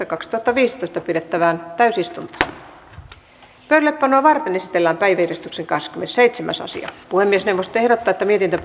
kaksituhattaviisitoista pidettävään täysistuntoon pöydällepanoa varten esitellään päiväjärjestyksen kahdeskymmenesseitsemäs asia puhemiesneuvosto ehdottaa että mietintö